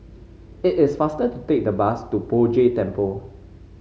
it is faster to take the bus to Poh Jay Temple